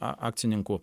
a akcininkų